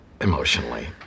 emotionally